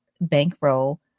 bankroll